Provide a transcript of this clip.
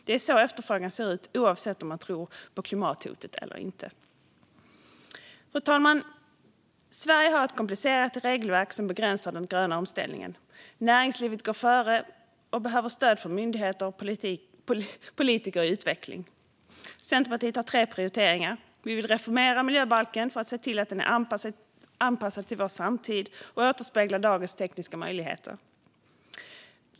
Det är så efterfrågan ser ut, oavsett om man tror på klimathotet eller inte. Fru talman! Sverige har ett komplicerat regelverk som begränsar den gröna omställningen. Näringslivet går före och behöver stöd från myndigheter och politiker i utvecklingen. Vi i Centerpartiet har tre prioriteringar. Vi vill reformera miljöbalken för att se till att den är anpassad till samtiden och återspeglar dagens tekniska möjligheter.